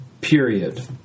Period